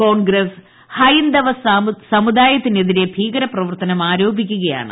കോൺഗ്രസ് ഹൈന്ദവ സമുദായത്തിനെതിരെ ഭീകരപ്രവർത്തനം ആരോപിക്കുക യാണ്